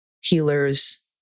healers